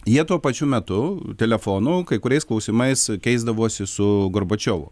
jie tuo pačiu metu telefonu kai kuriais klausimais keisdavosi su gorbačiovu